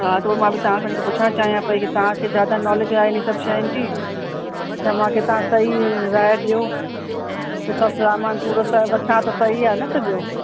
हा त मां बि तव्हां खां इनकरे पुछण चाहियां पेई कि तव्हांखे ज़्यादा नॉलेज आहे हिन सभु शयुनि जी त मांखे तव्हां सही राय ॾियो कि सभु सामान पूरो त वठां त सही आहे न सॼो